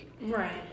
Right